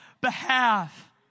behalf